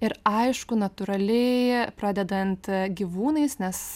ir aišku natūraliai pradedant gyvūnais nes